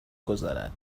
گذارد